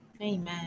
Amen